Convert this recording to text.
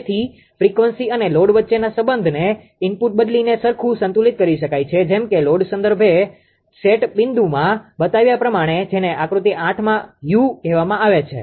તેથી ફ્રીક્વન્સી અને લોડ વચ્ચેના સંબંધને ઇનપુટ બદલીને સરખુ સંતુલિત કરી શકાય છે જેમ કે લોડ સંદર્ભ સેટ બિંદુમાં બતાવ્યા પ્રમાણે જેને આકૃતિ 8 માં યુ કહેવામાં આવે છે